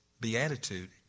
beatitude